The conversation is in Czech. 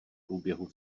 průběhu